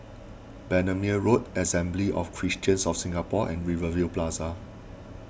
Bendemeer Road Assembly of Christians of Singapore and Rivervale Plaza